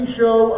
show